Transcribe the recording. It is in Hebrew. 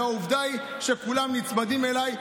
ועובדה היא שכולם נצמדים אלי.